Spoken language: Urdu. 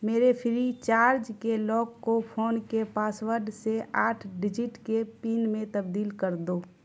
میرے فری چارج کے لاک کو فون کے پاس ورڈ سے آٹھ ڈجٹ کے پن میں تبدیل کر دو